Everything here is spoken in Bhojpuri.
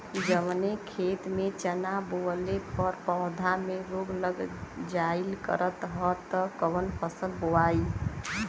जवने खेत में चना बोअले पर पौधा में रोग लग जाईल करत ह त कवन फसल बोआई?